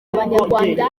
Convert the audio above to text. abanyarwanda